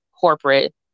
corporate